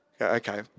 okay